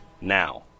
now